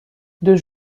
deux